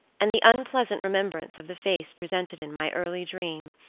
and the unpleasant remembrance of the face presented in my early dream,